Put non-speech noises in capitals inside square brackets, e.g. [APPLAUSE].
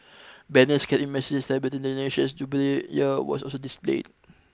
banners carrying messages [UNINTELLIGIBLE] the nation's jubilee year were also displayed